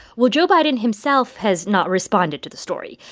well, joe biden himself has not responded to the story.